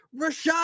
Rashad